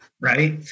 Right